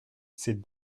ces